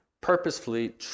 purposefully